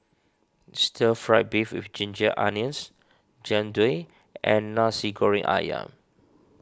Stir Fry Beef with Ginger Onions Jian Dui and Nasi Goreng Ayam